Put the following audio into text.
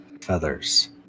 feathers